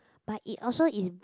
but it also is